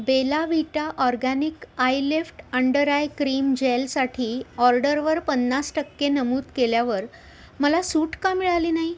Bela Vita organic eyelift under eye cream जेलसाठी ऑर्डरवर पन्नास टक्के नमूद केल्यावर मला सूट का मिळाली नाही